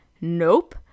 Nope